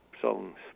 songs